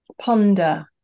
ponder